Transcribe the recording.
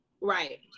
Right